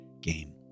game